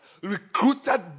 recruited